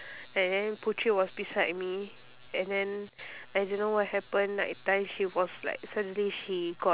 and then putri was beside me and then I don't know what happen night time she was like suddenly she gone